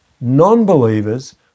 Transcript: non-believers